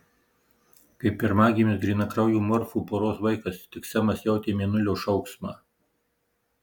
kaip pirmagimis grynakraujų morfų poros vaikas tik semas jautė mėnulio šauksmą